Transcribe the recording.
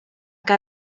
got